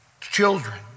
children